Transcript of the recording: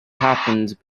happened